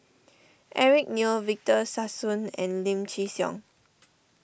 Eric Neo Victor Sassoon and Lim Chin Siong